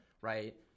right